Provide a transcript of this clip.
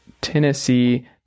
Tennessee